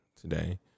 today